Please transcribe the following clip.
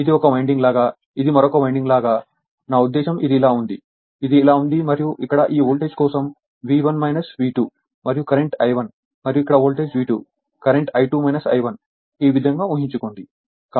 ఇది ఒక వైండింగ్ లాగా ఇది మరొక వైండింగ్ లాగా నా ఉద్దేశ్యం ఇది ఇలా ఉంది ఇది ఇలా ఉంది మరియు ఇక్కడ ఈ వోల్టేజ్ కోసం V1 V2 మరియు కరెంట్ I1 మరియు ఇక్కడ voltage V2 current I2 I1 ఈ విధంగా ఉహించుకోండి